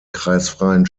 kreisfreien